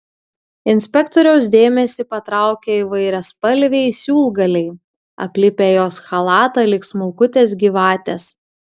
inspektoriaus dėmesį patraukia įvairiaspalviai siūlgaliai aplipę jos chalatą lyg smulkutės gyvatės